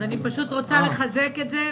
אני רוצה לחזק את זה.